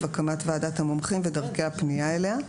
הקמת ועדת המומחים ודרכי הפנייה אליה,